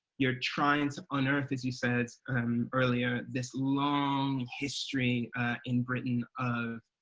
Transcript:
you're trying to unearth, as you said um earlier, this long history in britain of,